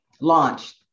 launched